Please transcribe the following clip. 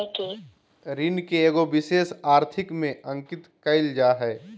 ऋण के एगो विशेष आर्थिक में अंकित कइल जा हइ